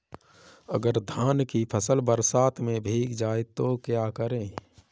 अगर धान की फसल बरसात में भीग जाए तो क्या करें?